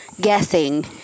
guessing